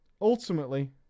Ultimately